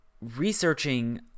researching